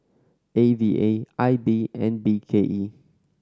A V A I B and B K E